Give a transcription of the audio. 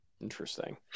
interesting